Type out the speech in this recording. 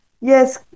yes